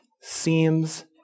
seems